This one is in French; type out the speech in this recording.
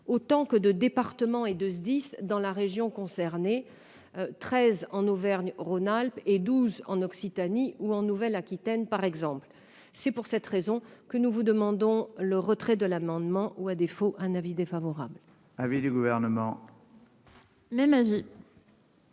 autant que de départements et de SDIS dans la région concernée : 13 en Auvergne-Rhône-Alpes et 12 en Occitanie ou en Nouvelle-Aquitaine, par exemple. C'est pour cette raison que nous demandons le retrait de l'amendement, faute de quoi nous émettrons un avis défavorable.